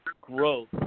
growth